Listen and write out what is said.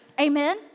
Amen